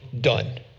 Done